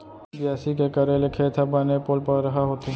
बियासी के करे ले खेत ह बने पोलपरहा होथे